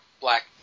Black